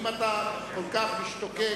אם אתה כל כך משתוקק,